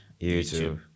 YouTube